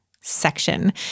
section